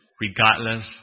regardless